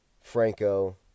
Franco